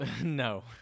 No